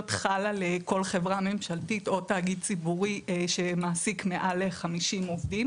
חל על כל חברה ממשלתית או תאגיד ציבורי שמעסיק מעל 50 עובדים.